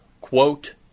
quote